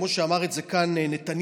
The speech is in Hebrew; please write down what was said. כמו שאמר את זה כאן נתניהו,